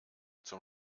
zum